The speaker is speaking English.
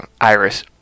Iris